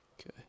Okay